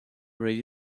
radio